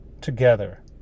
together